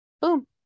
boom